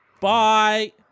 bye